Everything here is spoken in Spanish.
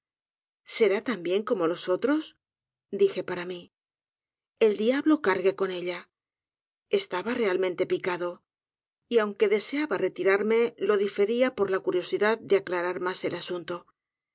será también como los otros dije para mí el diablo cargue con ella estaba realmente picado y aunque deseaba retirarme lo difería por la curiosidad de aclarar mas el asunto